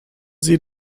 sie